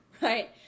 right